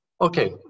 Okay